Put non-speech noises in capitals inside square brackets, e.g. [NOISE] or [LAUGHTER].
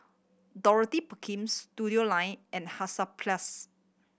Dorothy Perkims [UNINTELLIGIBLE] and Hansaplast